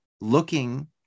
looking